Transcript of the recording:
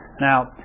Now